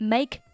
Make